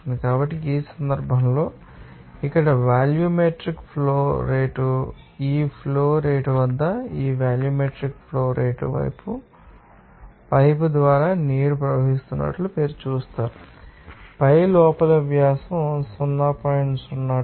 కాబట్టి ఈ సందర్భంలో ఇక్కడ వాల్యూమెట్రిక్ ఫ్లో రేటు ఈ ఫ్లో రేటు వద్ద ఈ వాల్యూమెట్రిక్ ఫ్లో రేటు పైపు ద్వారా నీరు ప్రవహిస్తున్నట్లు మీరు చూస్తారు పైపు లోపలి వ్యాసం ఇవ్వబడింది మీరు 0